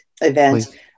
event